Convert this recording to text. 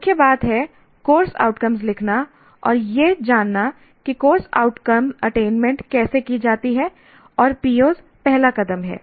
मुख्य बात है कोर्स आउटकम्स लिखना और यह जानना कि कोर्स आउटकम्स अटेनमेंट कैसे की जाती है और POs पहला कदम है